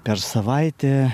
per savaitę